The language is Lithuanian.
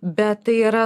bet tai yra